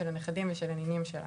של הנכדים ושל הנינים שלנו.